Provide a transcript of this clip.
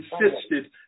insisted